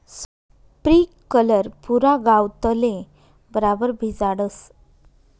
sprinkler पुरा गावतले बराबर भिजाडस